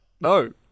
no